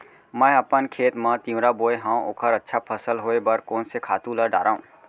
मैं अपन खेत मा तिंवरा बोये हव ओखर अच्छा फसल होये बर कोन से खातू ला डारव?